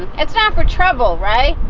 it's not for trouble, right?